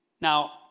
Now